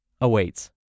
awaits